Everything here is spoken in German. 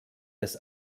des